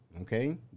Okay